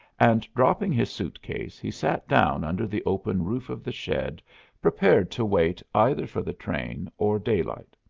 and dropping his suit case he sat down under the open roof of the shed prepared to wait either for the train or daylight.